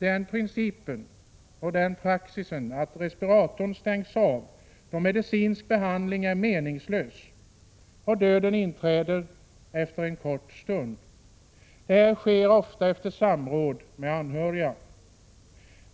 innebär att respiratorn stängs av när medicinsk behandling är meningslös — döden inträder då efter en kort stund. Den åtgärden vidtas ofta efter samråd med anhöriga.